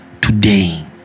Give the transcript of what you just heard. today